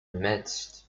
midst